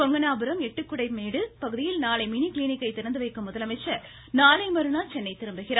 கொங்கனாபுரம் எட்டிக்குட்டைமேடு பகுதியில் நாளை மினி கிளினிக்கை திறந்துவைக்கும் முதலமைச்சர் நாளை மறுநாள் சென்னை திரும்புகிறார்